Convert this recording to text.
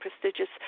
prestigious